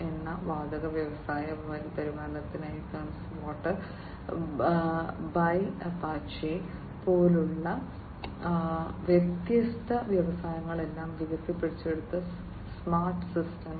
എണ്ണ വാതക വ്യവസായ പരിപാലനത്തിനായി തേംസ് വാട്ടർ ബൈ അപ്പാച്ചെ പോലുള്ള വ്യത്യസ്ത വ്യവസായങ്ങളെല്ലാം വികസിപ്പിച്ചെടുത്ത സ്മാർട്ട് സിസ്റ്റങ്ങൾ